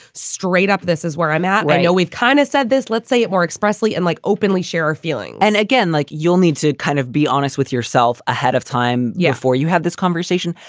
straight up. this is where i'm at right now. you know we've kind of said this, let's say it more expressly and like openly share our feeling and again, like you'll need to kind of be honest with yourself ahead of time. yeah. for you had this conversation,